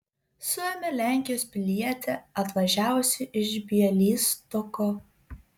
suėmė lenkijos pilietį atvažiavusį iš bialystoko